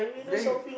then you